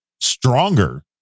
stronger